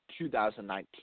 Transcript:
2019